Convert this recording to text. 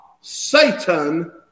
Satan